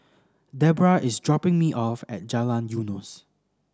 Debbra is dropping me off at Jalan Eunos